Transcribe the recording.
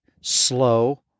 slow